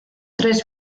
tres